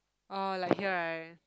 oh like here right